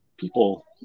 people